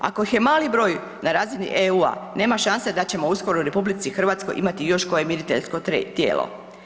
Ako ih je mali broj na razini EU-a nema šanse da ćemo uskoro u RH imati još koje miriteljsko tijelo.